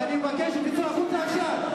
ואני מבקש שתצאו החוצה עכשיו.